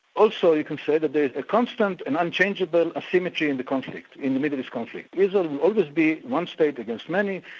also you can say that there's a constant and unchangeable asymmetry in the conflict, in the middle east conflict, israel will always be one state against many,